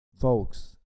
folks